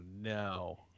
no